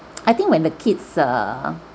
I think when the kids err